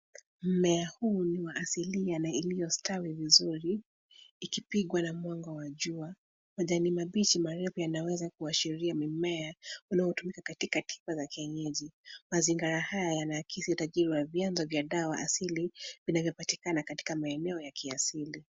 Mmea huu ni wa asilia na iliyo stawi vizuri ikipigwa na mwanga wa jua. Majani mabichi marefu yanaweza kuashiria mmea unaotumika katika tiba za kienyeji mazingara haya yanaakisi utajiri wa vyanzo vya dawa asili vinavyopatikana katika maneo ya kiasili.